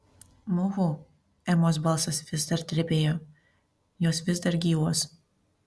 muhu emos balsas vis dar drebėjo jos vis dar gyvos